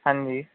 ਹਾਂਜੀ